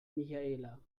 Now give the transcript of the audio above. michaela